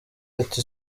ati